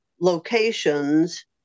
locations